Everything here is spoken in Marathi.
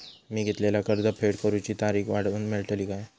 मी घेतलाला कर्ज फेड करूची तारिक वाढवन मेलतली काय?